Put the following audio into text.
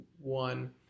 one